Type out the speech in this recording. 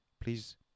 Please